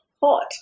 hot